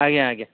ଆଜ୍ଞା ଆଜ୍ଞା